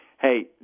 hey